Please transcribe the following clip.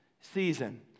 season